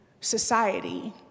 society